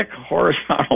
horizontal